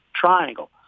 triangle